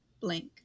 blank